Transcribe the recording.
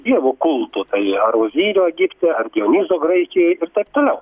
dievo kulto tai ar ozyrio egipte ar dionizo graikijoj ir taip toliau